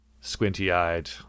squinty-eyed